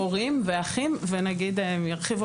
שכול הוא הורים ואחים וגם חברים.